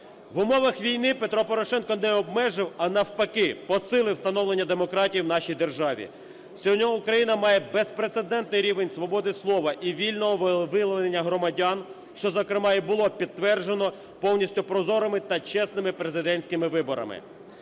В умовах війни Петро Порошенко не обмежив, а навпаки, посилив встановлення демократії в нашій державі. Сьогодні Україна має безпрецедентний рівень свободи слова і вільного волевиявлення громадян, що, зокрема, і було підтверджено повністю прозорими та чесними президентськими виборами.